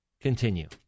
Continue